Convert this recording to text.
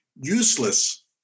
useless